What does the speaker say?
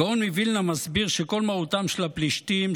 הגאון מווילנה מסביר שכל מהותם של הפלשתים,